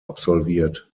absolviert